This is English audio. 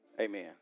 Amen